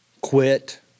quit